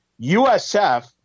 USF